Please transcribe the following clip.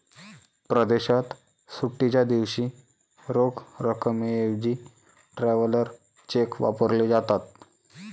परदेशात सुट्टीच्या दिवशी रोख रकमेऐवजी ट्रॅव्हलर चेक वापरले जातात